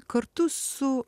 kartu su